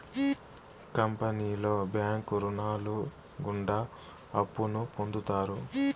కంపెనీలో బ్యాంకు రుణాలు గుండా అప్పును పొందుతారు